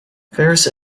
faris